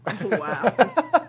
wow